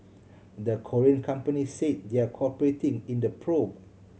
the Korean companies say they're cooperating in the probe